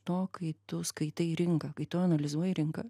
to kai tu skaitai rinką kai tu analizuoji rinką